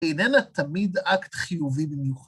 היא איננה תמיד אקט חיובי במיוחד.